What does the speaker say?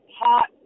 hot